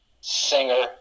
singer